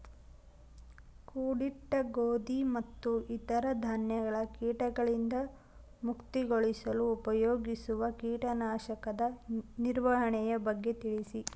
ಕೂಡಿಟ್ಟ ಗೋಧಿ ಮತ್ತು ಇತರ ಧಾನ್ಯಗಳ ಕೇಟಗಳಿಂದ ಮುಕ್ತಿಗೊಳಿಸಲು ಉಪಯೋಗಿಸುವ ಕೇಟನಾಶಕದ ನಿರ್ವಹಣೆಯ ಬಗ್ಗೆ ತಿಳಿಸಿ?